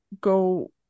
go